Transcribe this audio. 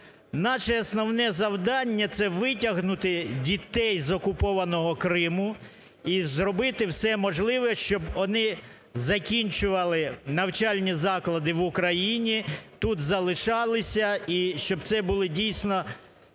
Наше основне завдання – це витягнути дітей з окупованого Криму і зробити все можливе, щоб вони закінчували навчальні заклади в Україні, тут залишалися, і щоб це були, дійсно,